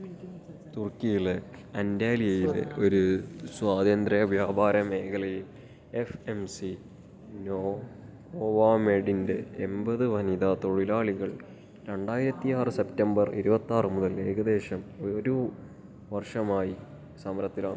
തുർക്കിയിലെ അന്റാലിയയിലെ ഒരു സ്വതന്ത്ര വ്യാപാര മേഖലയിൽ എഫ്എംസി നോവാമെഡിൻ്റെ എൺപത് വനിതാ തൊഴിലാളികൾ രണ്ടായിരത്തി ആറ് സെപ്റ്റംബർ ഇരുപത്തി ആറ് മുതൽ ഏകദേശം ഒരു വർഷമായി സമരത്തിലാണ്